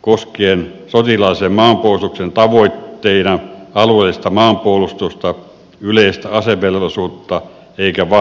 koskien sotilaallisen maanpuolustuksen tavoitteita alueellista maanpuolustusta yleistä asevelvollisuutta ja vahvaa maanpuolustustahtoa